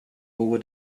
over